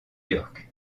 york